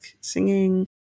singing